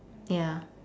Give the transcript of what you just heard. ya